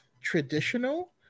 traditional